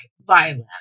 violence